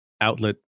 outlet